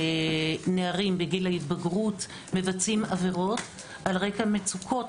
שנערים בגיל ההתבגרות מבצעים עבירות על רקע מצוקות,